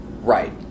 Right